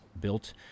built